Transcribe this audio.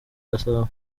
gasabo